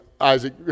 Isaac